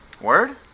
Word